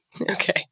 Okay